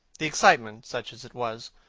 the excitement, such as it was,